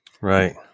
Right